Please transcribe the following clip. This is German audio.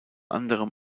anderem